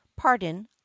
pardon